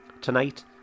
Tonight